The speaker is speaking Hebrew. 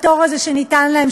הפטור הזה שניתן להם,